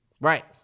Right